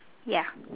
ya